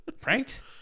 Pranked